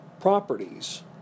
properties